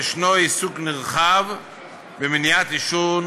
יש עיסוק נרחב במניעת עישון